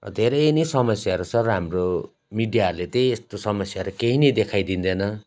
धेरै नै समस्याहरू छ र हाम्रो मिडियाहरूले त्यही यस्तो समस्याहरू केही नै देखाइदिँदैन